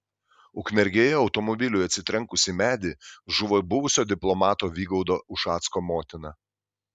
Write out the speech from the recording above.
ukmergėje automobiliui atsitrenkus į medį žuvo buvusio diplomato vygaudo ušacko motina